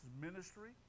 ministry